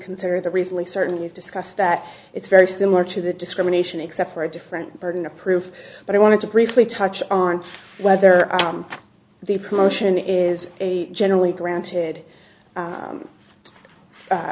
considered a recently certain we've discussed that it's very similar to the discrimination except for a different burden of proof but i wanted to briefly touch on whether i'm the promotion is a generally granted